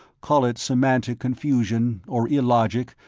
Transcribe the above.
call it semantic confusion, or illogic,